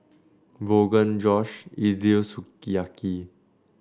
Rogan Josh Idili Sukiyaki